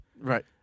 Right